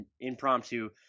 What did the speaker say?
impromptu